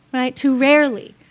too rarely.